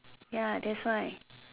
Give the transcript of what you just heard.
ya that's why